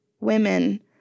women